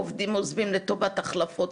עובדים עוזבים לטובת החלפות,